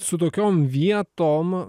su tokiom vietom